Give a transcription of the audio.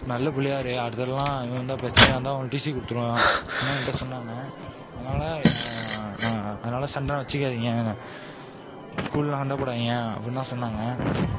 நல்ல பிள்ளையா இரு அடுத்த தடவைலாம் இது மாதிரி பிரச்சனையாக இருந்தால் உங்களுக்கு டீசி கொடுத்துடுவன் அப்புடின்னு என்கிட்ட சொன்னாங்க அதனால நான் அதனால சண்டைலாம் வைச்சிக்காதிங்க ஸ்கூல்லாம் சண்டை போடாதீங்க அப்புடின்னுதான் சொன்னாங்க